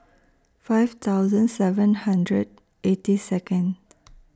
five thousand seven hundred eighty Second